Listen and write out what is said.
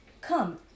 Come